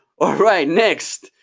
all right, next,